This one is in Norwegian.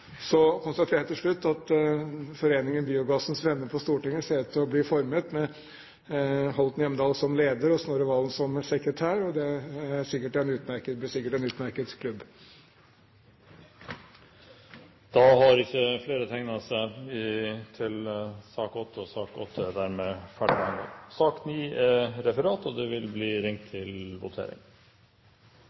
Så konstaterer jeg til slutt at foreningen Biogassens Venner på Stortinget ser ut til å bli formet, med Line Henriette Hjemdal som leder og Snorre Serigstad Valen som sekretær, og det blir sikkert en utmerket klubb! Sak nr. 8 er dermed ferdigbehandlet. Vi er klare til å gå til votering. Under debatten har Harald T. Nesvik satt fram et forslag på vegne av Fremskrittspartiet og